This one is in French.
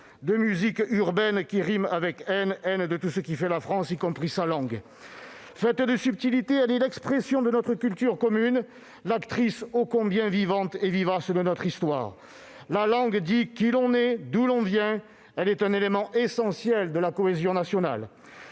de musiques « urbaines » qui riment avec « haine », haine de tout ce qui fait la France, y compris sa langue. Faite de subtilités, celle-ci est l'expression de notre culture commune, l'actrice ô combien vivante et vivace de notre histoire. La langue dit qui l'on est, d'où l'on vient. Elle est un élément essentiel de la cohésion nationale.